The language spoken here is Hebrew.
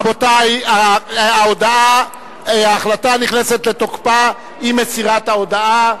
רבותי, ההחלטה נכנסת לתוקפה עם מסירת ההודעה.